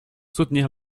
soutenir